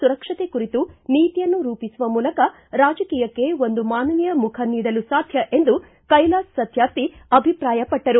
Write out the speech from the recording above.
ಸುರಕ್ಷತೆ ಕುರಿತು ನೀತಿಯನ್ನು ರೂಪಿಸುವ ಮೂಲಕ ರಾಜಕೀಯಕ್ಕೆ ಒಂದು ಮಾನವೀಯ ಮುಖ ನೀಡಲು ಸಾಧ್ಯ ಎಂದು ಕೈಲಾಶ್ ಸತ್ಕಾರ್ಥಿ ಅಭಿಪ್ರಾಯಪಟ್ಟರು